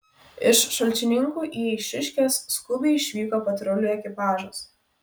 iš šalčininkų į eišiškes skubiai išvyko patrulių ekipažas